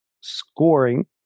scoring